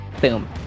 boom